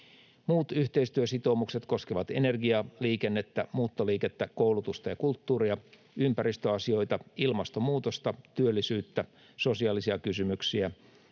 Muut yhteistyösitoumukset koskevat energiaa, liikennettä, muuttoliikettä, koulutusta ja kulttuuria, ympäristöasioita, ilmastonmuutosta, työllisyyttä, sosiaalisia kysymyksiä,